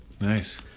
Nice